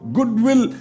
Goodwill